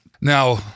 Now